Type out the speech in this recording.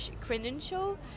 credential